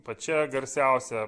pačia garsiausia